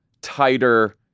tighter